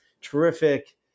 terrific